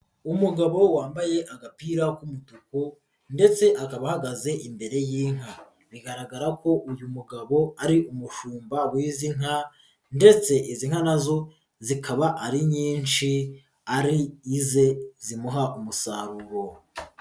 Umugabo wambaye agapira k'umutuku ndetse akaba ahagaze imbere y'inka, bigaragara ko uyu mugabo ari umushumba w'izi nka ndetse izi nka na zo zikaba ari nyinshi ari ize zimuha umusaruro.